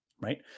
right